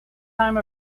time